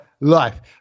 life